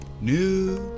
New